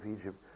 Egypt